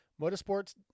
Motorsport's